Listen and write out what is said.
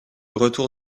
retour